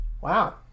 Wow